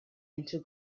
into